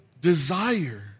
desire